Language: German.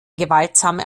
gewaltsame